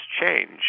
change